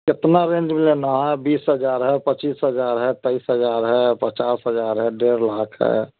कितना रेंज में लेना है बीस हज़ार है पच्चीस हज़ार तेईस हज़ार पचास हज़ार है डेढ़ लाख है